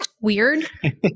weird